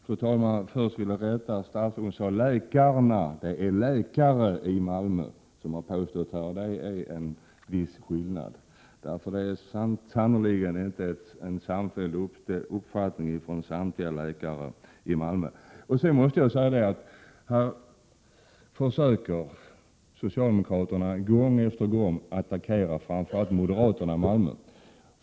Fru talman! Först vill jag rätta statsrådet: Hon sade ”läkarna”. Det är fråga om läkare i Malmö, och det är en viss skillnad. Det är sannerligen inte en samfälld uppfattning hos samtliga läkare i Malmö. Sedan måste jag säga att socialdemokraterna gång på gång försöker attackera framför allt moderaterna i Malmö.